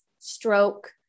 stroke